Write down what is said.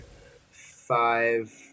five